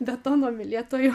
betono mylėtojų